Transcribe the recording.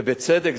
ובצדק,